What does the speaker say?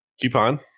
Coupon